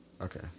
Okay